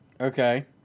Okay